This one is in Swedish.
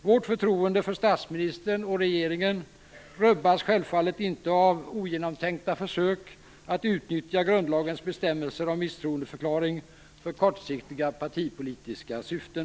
Vårt förtroende för statsministern och regeringen rubbas självfallet inte av ogenomtänkta försök att utnyttja grundlagens bestämmelser om misstroendeförklaring för kortsiktiga partipolitiska syften.